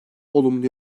olumlu